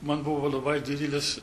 man buvo labai didelis